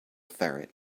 ferret